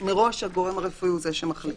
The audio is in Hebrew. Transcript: מראש הגורם הרפואי הוא זה שמחליט.